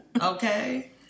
Okay